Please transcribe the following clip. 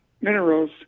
minerals